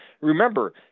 Remember